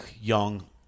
young